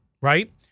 right